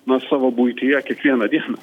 na savo buityje kiekvieną dieną